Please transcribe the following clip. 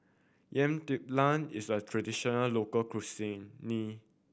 Yam Talam is a traditional local cuisine